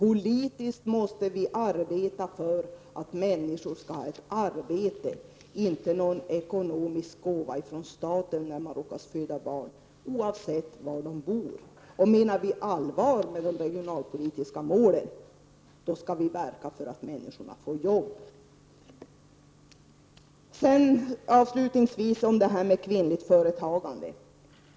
Vi måste arbeta politiskt för att människor skall ha ett arbete oavsett var de bor och inte någon ekonomisk gåva från staten när de råkar föda barn. Om vi menar allvar med de regionalpolitiska målen, skall vi också verka för att människor får arbete. Avslutningsvis vill jag ta upp kvinnligt företagande.